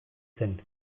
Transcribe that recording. zen